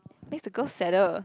makes the girl sadder